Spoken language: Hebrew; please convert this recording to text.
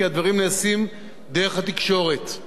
כי הדברים נעשים דרך התקשורת.